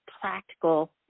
practical